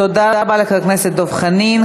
תודה רבה לחבר הכנסת דב חנין.